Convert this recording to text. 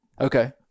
Okay